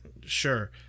sure